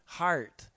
heart